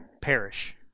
perish